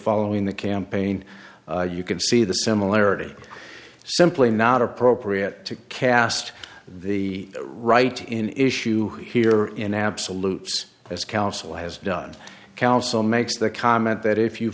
following the campaign you can see the similarity is simply not appropriate to cast the right in issue here in absolutes as counsel has done counsel makes the comment that if you